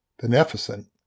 beneficent